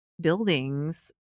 buildings